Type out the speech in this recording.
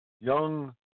young